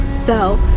so,